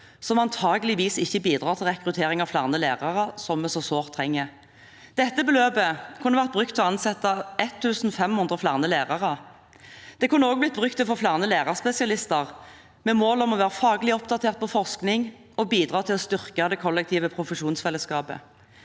som antakelig ikke bidrar til rekruttering av flere lærere, noe vi så sårt trenger. Dette beløpet kunne vært brukt til å ansette 1 500 flere lærere. Det kunne også blitt brukt til å få flere lærerspesialister, med mål om å være faglig oppdatert på forskning og bidra til å styrke det kollektive profesjonsfellesskapet.